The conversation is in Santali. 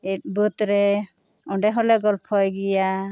ᱵᱟᱹᱫᱽ ᱨᱮ ᱚᱸᱰᱮ ᱦᱚᱸᱞᱮ ᱜᱚᱞᱯᱷᱚᱭ ᱜᱮᱭᱟ